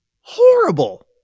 horrible